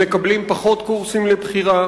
הם מקבלים פחות קורסים לבחירה